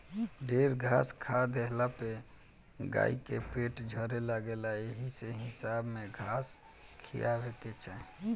ढेर घास खा लेहला पे गाई के पेट झरे लागेला एही से हिसाबे में घास खियावे के चाही